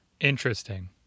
Interesting